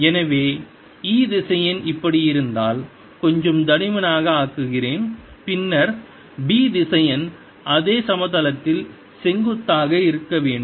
எனவே E திசையன் இப்படி இருந்தால் கொஞ்சம் தடிமனாக ஆக்குகிறேன் பின்னர் B திசையன் அதே சமதளத்தில் செங்குத்தாக இருக்க வேண்டும்